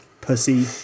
Pussy